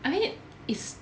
I mean is